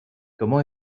comment